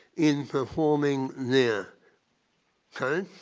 in performing their count